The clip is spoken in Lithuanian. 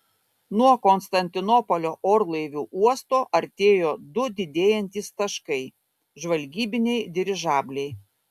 nuo konstantinopolio orlaivių uosto artėjo du didėjantys taškai žvalgybiniai dirižabliai